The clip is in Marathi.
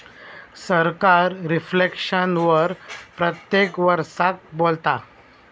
सरकार रिफ्लेक्शन वर प्रत्येक वरसाक बोलता